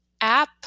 app